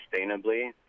sustainably